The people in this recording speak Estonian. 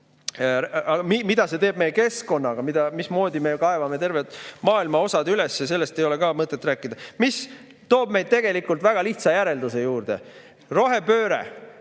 Mida see teeb meie keskkonnaga, mismoodi me kaevame terved maailmaosad üles, sellest ei ole ka mõtet rääkida. See toob meid tegelikult väga lihtsa järelduse juurde. Rohepööre